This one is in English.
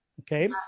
Okay